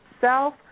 self